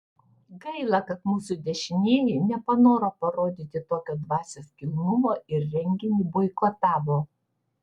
gaila kad mūsų dešinieji nepanoro parodyti tokio dvasios kilnumo ir renginį boikotavo